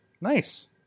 Nice